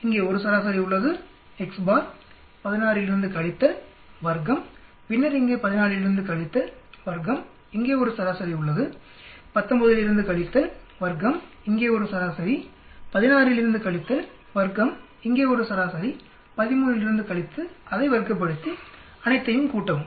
இங்கே ஒரு சராசரி உள்ளது எக்ஸ் பார் 16 இலிருந்து கழித்தல் வர்க்கம் பின்னர் இங்கே 14 இலிருந்து கழித்தல் வர்க்கம் இங்கே ஒரு சராசரி உள்ளது 19 இலிருந்து கழித்தல் வர்க்கம் இங்கே ஒரு சராசரி 16 இலிருந்து கழித்தல் வர்க்கம் இங்கே ஒரு சராசரி 13 இலிருந்து கழித்து அதை வர்க்கப்படுத்தி அனைத்தையும் கூட்டவும்